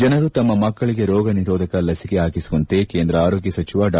ಜನರು ತಮ್ನ ಮಕ್ಕಳಿಗೆ ರೋಗ ನಿರೋಧಕ ಲಸಿಕೆ ಹಾಕಿಸುವಂತೆ ಕೇಂದ್ರ ಆರೋಗ್ವ ಸಚಿವ ಡಾ